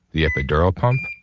the epidural pump,